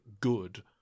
good